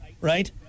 right